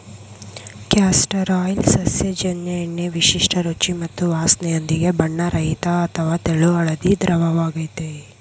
castor oil ಸಸ್ಯಜನ್ಯ ಎಣ್ಣೆ ವಿಶಿಷ್ಟ ರುಚಿ ಮತ್ತು ವಾಸ್ನೆಯೊಂದಿಗೆ ಬಣ್ಣರಹಿತ ಅಥವಾ ತೆಳು ಹಳದಿ ದ್ರವವಾಗಯ್ತೆ